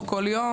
כל החיים